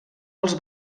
els